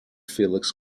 felix